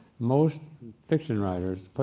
most fiction writers, but